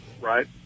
Right